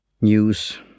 news